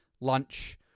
lunch